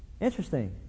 Interesting